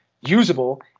usable